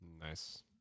Nice